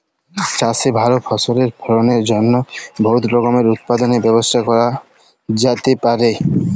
চাষে ভাল ফসলের ফলনের জ্যনহে বহুত রকমের উৎপাদলের ব্যবস্থা ক্যরা যাতে পারে